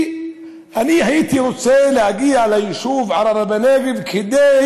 אני הייתי רוצה להגיע ליישוב ערערה בנגב כדי